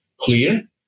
clear